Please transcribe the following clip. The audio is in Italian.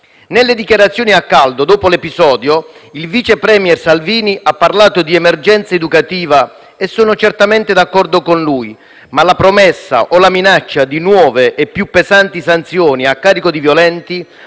Nelle dichiarazioni a caldo dopo l'episodio, il vice *premier* Salvini ha parlato di emergenza educativa, e sono certamente d'accordo con lui. Ma la promessa o la minaccia di nuove e più pesanti sanzioni a carico dei violenti